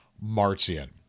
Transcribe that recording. Martian